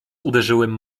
uderzyłem